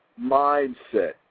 mindset